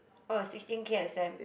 oh sixteen K a sem